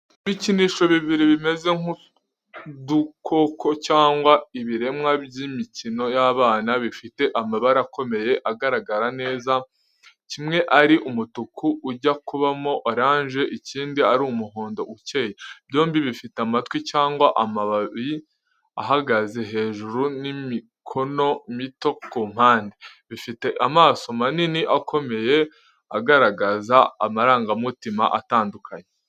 Ibikinisho bibiri bimeze nk’udukoko cyangwa ibiremwa by’imikino y’abana, bifite amabara akomeye agaragara neza, kimwe ari umutuku ujya kubamo oranje, ikindi ari umuhondo ukeye. Byombi bifite amatwi cyangwa amababi ahagaze hejuru n’imikono mito ku mpande. Bifite amaso manini akomeye agaragaza amarangamutima atandukanye.